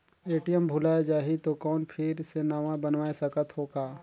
ATM भुलाये जाही तो कौन फिर से नवा बनवाय सकत हो का?